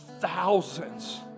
thousands